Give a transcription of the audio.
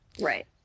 Right